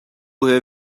have